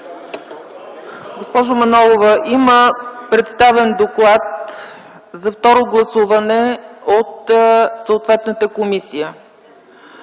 Госпожо Манолова, има представен доклад за второ гласуване от съответната комисия.